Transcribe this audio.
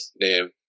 name